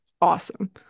awesome